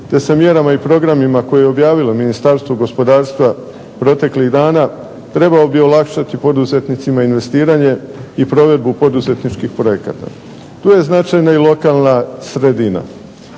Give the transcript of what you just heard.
te sa mjerama i programima koje je objavilo Ministarstvo gospodarstva proteklih dana trebao bi olakšati poduzetnicima investiranje i provedbu poduzetničkih projekata. Tu je značajna i lokalna sredina,